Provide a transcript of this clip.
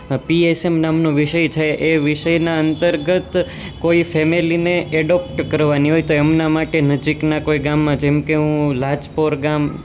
PSM નામનો વિષય છે એ વિષયના અંતર્ગત કોઈ ફેમેલીને એડોપ્ટ કરવાની હોય તો એમના માટે નજીકના કોઈ ગામમાં જેમ કે હું લાજપોર ગામ